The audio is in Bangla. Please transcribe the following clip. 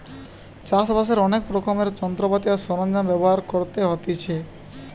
চাষ বাসের অনেক রকমের যন্ত্রপাতি আর সরঞ্জাম ব্যবহার করতে হতিছে